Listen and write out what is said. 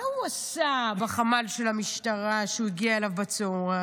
מה הוא עשה בחמ"ל של המשטרה שהוא הגיע אליו בצוהריים?